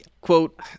Quote